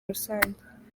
rusange